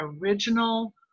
original